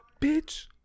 Bitch